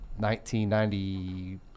1990